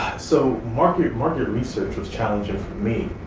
so market market research was challenging for me.